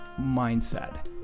mindset